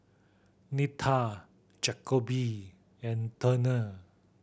Nita Jacoby and Turner